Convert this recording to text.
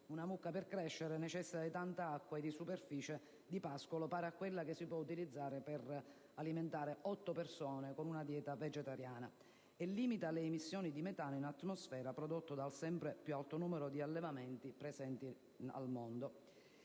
(una mucca per crescere necessita di tanta acqua e superficie di pascolo pari a quella utilizzabile per alimentare 8 persone con una dieta vegetariana) e limita le emissioni di metano in atmosfera prodotto dal sempre più alto numero di allevamenti presenti al mondo.